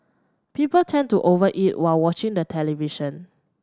people tend to over eat while watching the television